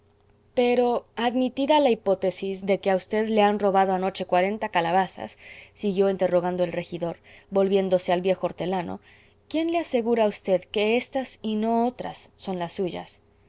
pero admitida la hipótesis de que a v le han robado anoche cuarenta calabazas siguió interrogando el regidor volviéndose al viejo hortelano quién le asegura a v que éstas y no otras son las suyas